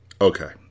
Okay